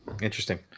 Interesting